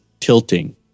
tilting